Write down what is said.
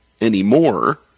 anymore